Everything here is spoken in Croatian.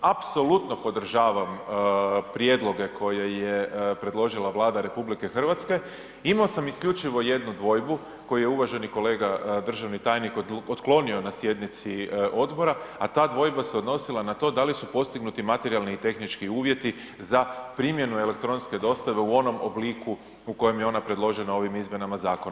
Apsolutno podržavam prijedloge koje je predložila Vlada RH, imao sam isključivo jednu dvojbu koju je uvaženi kolega državni tajnik otklonio na sjednici odbora, a ta dvojba se odnosila na to da li su postignuti materijalni i tehnički uvjeti za primjenu elektronske dostave u onom obliku u kojem je ona predložena ovim izmjenama zakona.